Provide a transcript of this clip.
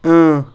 اۭں